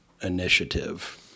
initiative